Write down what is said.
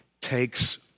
takes